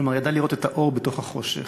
כלומר ידע לראות את האור בתוך החושך.